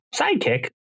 sidekick